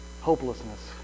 hopelessness